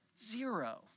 Zero